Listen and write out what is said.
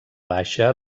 baixa